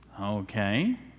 okay